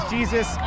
Jesus